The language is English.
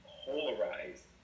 polarized